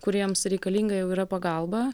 kuriems reikalinga jau yra pagalba